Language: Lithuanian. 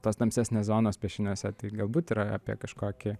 tos tamsesnės zonos piešiniuose tai galbūt yra apie kažkokį